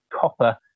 copper